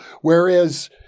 whereas